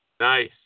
Nice